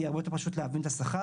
יהיה הרבה יותר פשוט להבין את השכר.